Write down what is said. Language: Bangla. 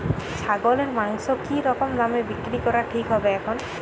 ছাগলের মাংস কী রকম দামে বিক্রি করা ঠিক হবে এখন?